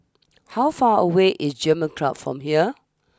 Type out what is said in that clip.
how far away is German Club from here